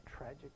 tragic